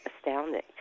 astounding